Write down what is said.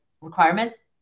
requirements